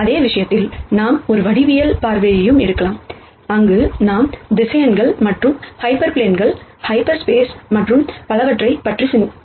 அதே விஷயத்தில் நாம் ஒரு ஜாமெட்ரிக் பார்வையையும் எடுக்கலாம் அங்கு நாம் வெக்டர் மற்றும் ஹைப்பர் பிளேன்கள் ஹாஃப் ஸ்பேஸ் மற்றும் பலவற்றைப் பற்றி சிந்திக்கிறோம்